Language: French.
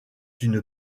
une